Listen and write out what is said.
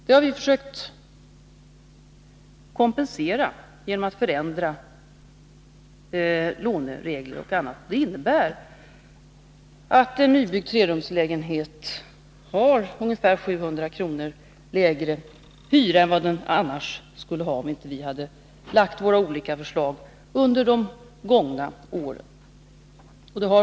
Det har vi försökt kompensera genom att förändra låneregler och annat. Det innebär att en nybyggd trerumslägenhet har ungefär 700 kr. lägre hyra än vad den skulle ha haft, om vi inte lagt fram våra olika förslag under de gångna åren.